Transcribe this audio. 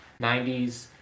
90s